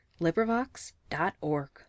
LibriVox.org